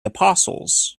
apostles